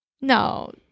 No